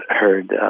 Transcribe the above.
heard